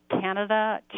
Canada